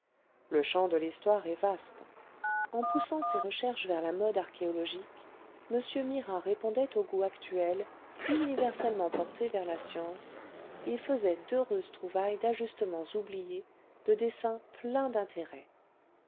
le champ de l'histoire est vaste en poussant ses recherches vers la mode archéologique m mira répondait au goût actuel universellement porté vers la science et faisait d'heureuses trouvailles d'ajustements oubliés de dessins pleins d'intérêt